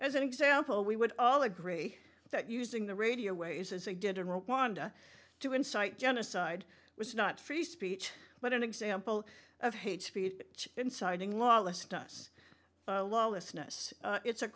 as an example we would all agree that using the radio waves as they did in rwanda to incite genocide was not free speech but an example of hate speech inciting lawlessness lawlessness it's a